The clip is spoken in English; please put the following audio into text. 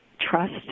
trust